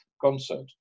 concert